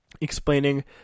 explaining